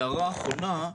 הערה אחרונה,